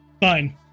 Fine